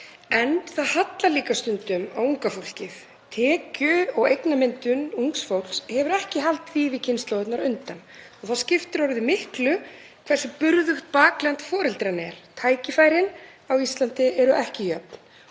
En það hallar líka stundum á unga fólkið. Tekju- og eignamyndun ungs fólks hefur ekki haldið í við kynslóðirnar á undan og þá skiptir orðið miklu hversu burðugt bakland foreldranna er. Tækifærin á Íslandi eru ekki jöfn.